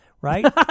right